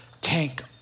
tank